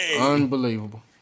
Unbelievable